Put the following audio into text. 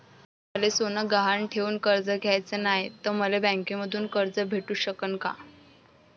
मले सोनं गहान ठेवून कर्ज घ्याचं नाय, त मले बँकेमधून कर्ज भेटू शकन का?